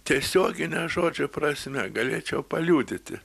tiesiogine žodžio prasme galėčiau paliudyti